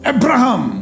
Abraham